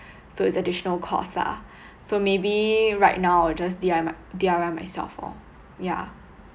so it's additional cost lah so maybe right now I'll just D_I my D_I_Y myself lor yeah